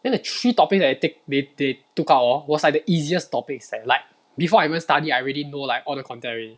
then the three topics that they take they they took out hor was like the easiest topics eh like before I even study I already know like all the content already